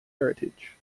heritage